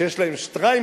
שיש להם שטריימלים.